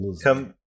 Come